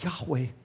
Yahweh